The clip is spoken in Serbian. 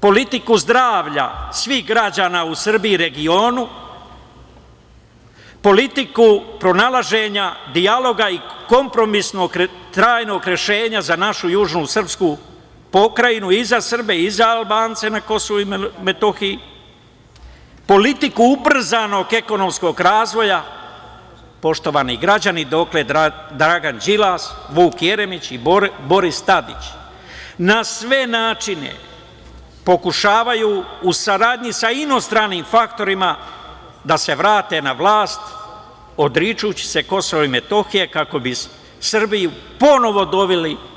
politiku zdravlja svih građana u Srbiji i regionu, politiku pronalaženja dijaloga i kompromisnog i trajnog rešenja za našu južnu srpsku pokrajinu, i za Srbe i za Albance na KiM, politiku ubrzanog ekonomskog razvoja, poštovani građani, dotle Dragan Đilas, Vuk Jeremić i Boris Tadić na sve načine pokušavaju, u saradnji sa inostranim faktorima, da se vrate na vlast, odričući se KiM, kako bi Srbiju ponovo doveli na ivicu bankrota.